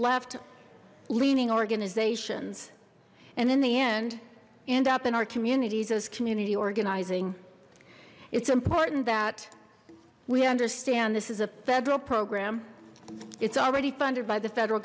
left leaning organizations and in the end end up in our communities as community organizing it's important that we understand this is a federal program it's already funded by the federal